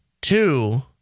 Two